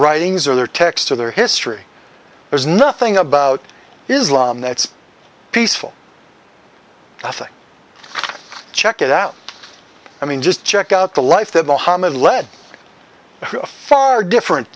writings or their texts or their history there's nothing about islam that's peaceful nothing check it out i mean just check out the life that mohamed led a far different